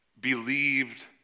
believed